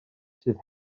sydd